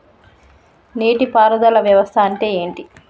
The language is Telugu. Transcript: నీటి పారుదల వ్యవస్థ అంటే ఏంటి?